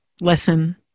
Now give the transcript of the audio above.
lesson